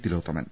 Thilothaman